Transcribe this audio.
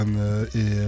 et